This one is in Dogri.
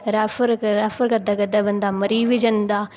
रैफर करी रैफर करदे करदे बंदा मरी बी जंदा